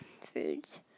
foods